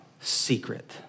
secret